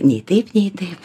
nei taip nei taip